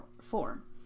form